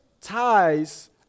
ties